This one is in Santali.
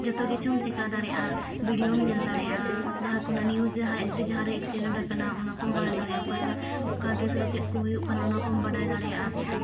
ᱡᱯᱛᱚ ᱠᱤᱪᱷᱩᱢ ᱪᱤᱠᱟᱹ ᱫᱟᱲᱮᱭᱟᱜᱼᱟ ᱵᱷᱤᱰᱤᱭᱳᱢ ᱧᱮᱞ ᱫᱟᱲᱮᱭᱟᱜᱼᱟ ᱡᱟᱦᱟᱸ ᱠᱷᱚᱱᱟᱜ ᱱᱤᱭᱩᱡᱽ ᱡᱟᱸᱦᱟᱭᱟᱜ ᱡᱩᱫᱤ ᱡᱟᱦᱟᱸᱨᱮ ᱮᱠᱥᱤᱰᱮᱱᱴ ᱠᱟᱱᱟ ᱚᱱᱟ ᱠᱚᱢ ᱵᱟᱲᱟᱭ ᱫᱟᱲᱮᱭᱟᱜᱼᱟ ᱚᱠᱟ ᱫᱮᱥ ᱨᱮ ᱪᱮᱫ ᱠᱚ ᱦᱩᱭᱩᱜ ᱠᱟᱱᱟ ᱚᱱᱟ ᱠᱚᱢ ᱵᱟᱰᱟᱭ ᱫᱟᱲᱮᱭᱟᱜᱼᱟ